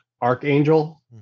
Archangel